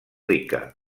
rica